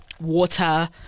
water